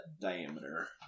diameter